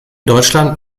deutschland